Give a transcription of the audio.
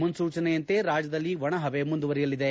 ಮುನ್ಸೂಚನೆಯಂತೆ ರಾಜ್ಯದಲ್ಲಿ ಒಣಹವೆ ಮುಂದುವರೆಯಲಿದೆ